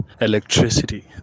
electricity